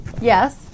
Yes